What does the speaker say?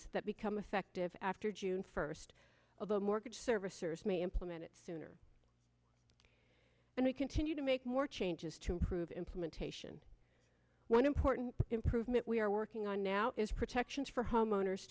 that become effective after june first although mortgage servicers may implement it sooner and we continue to make more changes to improve implementation one important improvement we are working on now is protections for homeowners